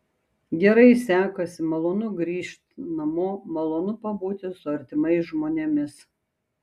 gerai sekasi malonu grįžt namo malonu pabūti su artimais žmonėmis